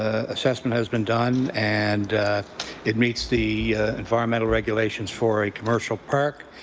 ah assessment has been done and it meets the environmental regulations for a commercial park,